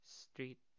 street